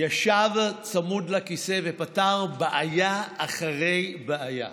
ישב צמוד לכיסא ופתר בעיה אחרי בעיה.